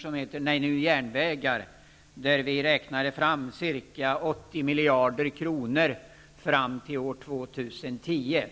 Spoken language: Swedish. som heter Nej, nu järnvägar. Vi beräknade att det skulle behövas ca 80 miljarder kronor fram till år 2010.